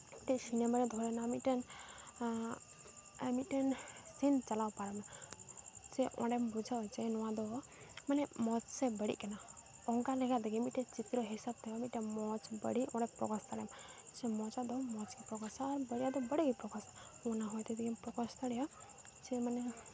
ᱢᱤᱫᱴᱮᱡ ᱥᱤᱱᱮᱢᱟ ᱨᱮ ᱫᱷᱚᱨᱮ ᱱᱟᱣ ᱢᱤᱫᱴᱮᱱ ᱢᱤᱫᱴᱮᱱ ᱥᱤᱱ ᱪᱟᱞᱟᱣ ᱯᱟᱨᱚᱢᱮᱱᱟ ᱥᱮ ᱚᱸᱰᱮᱢ ᱵᱩᱡᱷᱟᱹᱣᱟ ᱡᱮ ᱱᱚᱣᱟ ᱫᱚ ᱢᱟᱱᱮ ᱢᱚᱡᱽ ᱥᱮ ᱵᱟᱹᱲᱤᱡᱽ ᱠᱟᱱᱟ ᱚᱱᱠᱟᱞᱮᱠᱟᱛᱮᱜᱮ ᱢᱤᱫᱴᱮᱡ ᱪᱤᱛᱨᱚ ᱦᱤᱥᱟᱹᱵᱽ ᱛᱮᱦᱚᱸ ᱢᱤᱫᱴᱮᱡᱽ ᱢᱚᱡᱽ ᱵᱟᱹᱲᱤᱡᱽ ᱚᱸᱰᱮ ᱯᱨᱚᱠᱟᱥ ᱫᱟᱲᱮᱭᱟᱜᱼᱟᱢ ᱥᱮ ᱢᱚᱡᱟᱜ ᱫᱚ ᱢᱚᱡᱽ ᱜᱮᱢ ᱯᱨᱚᱠᱟᱥᱟ ᱵᱟᱹᱲᱤᱡᱟᱜ ᱫᱚ ᱵᱟᱹᱲᱤᱡᱽ ᱜᱮᱢ ᱯᱨᱚᱠᱟᱥᱟ ᱚᱱᱟ ᱦᱚᱛᱮ ᱛᱮᱜᱮᱢ ᱯᱨᱚᱠᱟᱥ ᱫᱟᱲᱮᱭᱟᱜᱼᱟᱢ ᱡᱮ ᱢᱟᱱᱮ